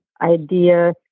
idea